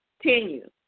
continue